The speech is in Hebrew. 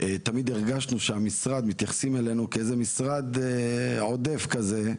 תמיד הרגשנו שהמשרד מתייחסים אלינו כאיזה משרד עודף כזה,